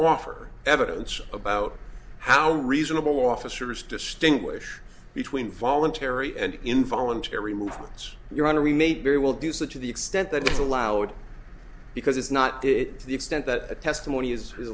offer evidence about how reasonable officers distinguish between voluntary and involuntary movements your honor we need very well do such of the extent that is allowed because it's not good to the extent that a testimony is who